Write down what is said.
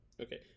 Okay